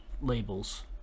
labels